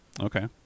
okay